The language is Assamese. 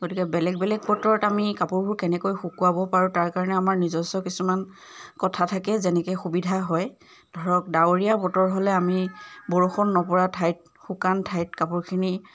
গতিকে বেলেগ বেলেগ বতৰত আমি কাপোৰবোৰ কেনেকৈ শুকোৱাব পাৰোঁ তাৰ কাৰণে আমাৰ নিজস্ব কিছুমান কথা থাকে যেনেকৈ সুবিধা হয় ধৰক ডাৱৰীয়া বতৰ হ'লে আমি বৰষুণ নপৰা ঠাইত শুকান ঠাইত কাপোৰখিনি